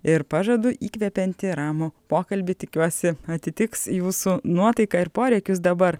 ir pažadu įkvepianti ramų pokalbį tikiuosi atitiks jūsų nuotaiką ir poreikius dabar